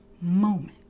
moment